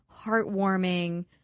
heartwarming